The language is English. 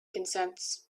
consents